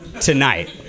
Tonight